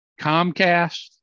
Comcast